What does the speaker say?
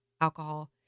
alcohol